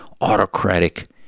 autocratic